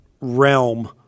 realm